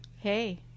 Hey